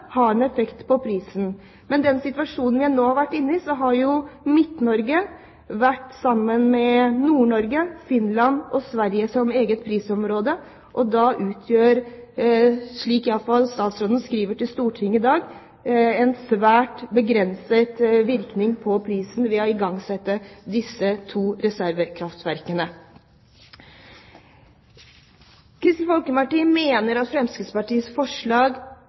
en effekt på prisen. Men i den situasjonen vi nå har vært inne i, har Midt-Norge, sammen med Nord-Norge, Finland og Sverige, vært et eget prisområde, og da utgjør det – slik i alle fall statsråden skriver til Stortinget i dag – en svært begrenset virkning på prisen ved å igangsette disse to reservekraftverkene. Kristelig Folkeparti mener at Fremskrittspartiets forslag